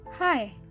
hi